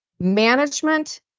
Management